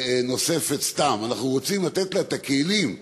נוספת סתם, אנחנו רוצים לתת לה את הכלים,